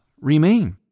remain